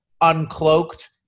uncloaked